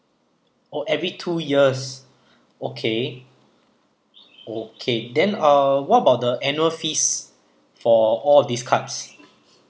oh every two years okay okay then uh what about the annual fees for all these cards